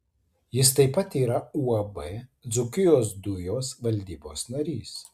jis taip pat yra uab dzūkijos dujos valdybos narys